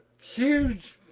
huge